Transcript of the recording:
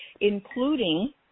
including